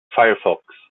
firefox